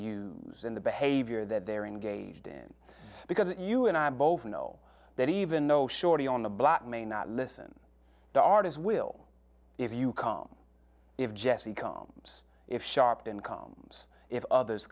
use in the behavior that they're engaged in because you and i both know that even though shorty on the block may not listen the artists will if you come if jesse comes if sharpton comes if others